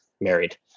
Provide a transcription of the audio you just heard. married